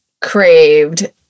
craved